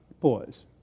Pause